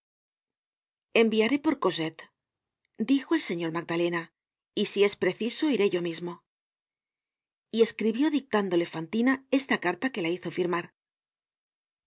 enviaré por cosette dijo el señor magdalena y si es preciso iré yo mismo y escribió dictándole fantina estacaría que la hizo firmar